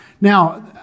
Now